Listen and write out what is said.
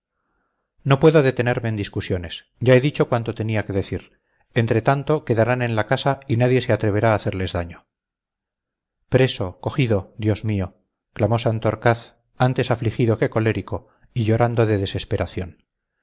no no puedo detenerme en discusiones ya he dicho cuanto tenía que decir entre tanto quedarán en la casa y nadie se atreverá a hacerles daño preso cogido dios mío clamó santorcaz antes afligido que colérico y llorando de desesperación